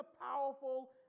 powerful